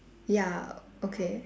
ya okay